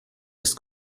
ist